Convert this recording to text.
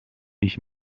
ich